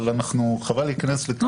אבל חבל להיכנס לכאן.